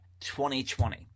2020